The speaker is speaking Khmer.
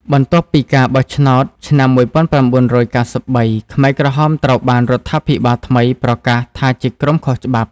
បន្ទាប់ពីការបោះឆ្នោតឆ្នាំ១៩៩៣ ខ្មែរក្រហមត្រូវបានរដ្ឋាភិបាលថ្មីប្រកាសថាជាក្រុមខុសច្បាប់។